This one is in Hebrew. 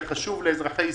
זה חשוב לאזרחי ישראל,